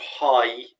high